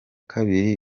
kabiri